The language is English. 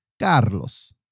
Carlos